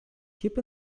keep